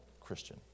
Christian